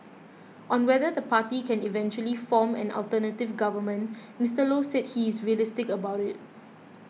on whether the party can eventually form an alternative government Mister Low said he is realistic about it